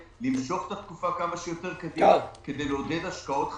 למשוך את התקופה כמה שיותר קדימה כדי לעודד השקעות חדשות.